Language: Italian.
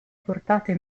portate